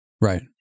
right